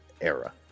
era